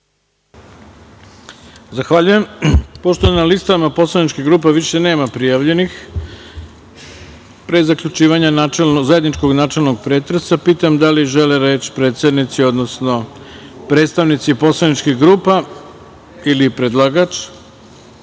Zahvaljujem. Pošto na listama poslaničkih grupa više nema prijavljenih, pre zaključivanja zajedničkog načelnog pretresa, pitam da li žele reč predsednici, odnosno predstavnici poslaničkih grupa ili predlagač?